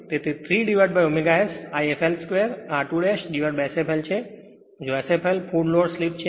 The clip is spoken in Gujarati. તેથી આ 3ω S I fl 2 r2Sfl છે જ્યાં Sfl ફુલ લોડ સ્લિપ છે